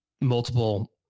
multiple